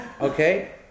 Okay